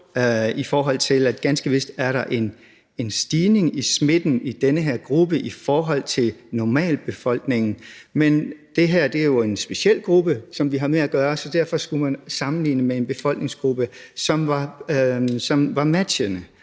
end som så. Ganske vist er der en stigning i smitten i den her gruppe i forhold til normalbefolkningen, men det her er jo en speciel gruppe, som vi har med at gøre, så derfor skulle man sammenligne den med en befolkningsgruppe, som var matchende,